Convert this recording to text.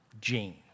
gene